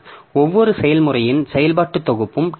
எனவே ஒவ்வொரு செயல்முறையின் செயல்பாட்டுத் தொகுப்பும் டி